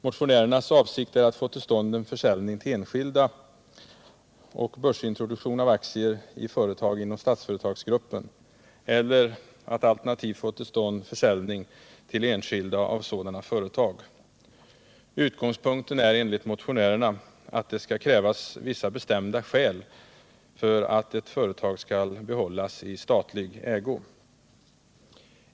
Motionärernas avsikt är att få till stånd en försäljning till enskilda och börsintroduktion av aktier i företag inom Statsföretagsgruppen, eller att alternativt få till stånd försäljning till enskilda av sådana företag. Utgångspunkten är enligt motionärerna att det skall krävas vissa bestämda skäl för att ett företag skall behållas i statlig ägo.